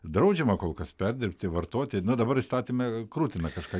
draudžiama kol kas perdirbti vartoti na dabar įstatyme krutina kažką